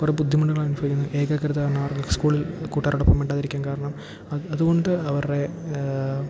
കുറേ ബുദ്ധിമുട്ടുകളനുഭവിക്കുന്നു ഏകാഗ്രത കാരണം അവർക്ക് സ്കൂളിൽ കൂട്ടുകാരോടൊപ്പം മിണ്ടാതിരിക്കാൻ കാരണം അത് അതുകൊണ്ട് അവരുടെ